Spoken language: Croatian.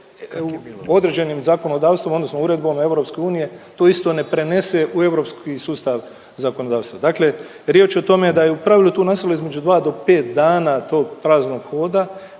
određenim zakonodavstvom odnosno Uredbom EU to isto ne prenese u Europski sustav zakonodavstva. Dakle riječ je o tome da je u pravilu tu nastalo između 2 do 5 dana tog praznog hoda